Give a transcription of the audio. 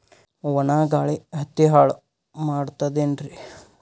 ಒಣಾ ಗಾಳಿ ಹತ್ತಿ ಹಾಳ ಮಾಡತದೇನ್ರಿ?